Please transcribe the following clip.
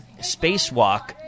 Spacewalk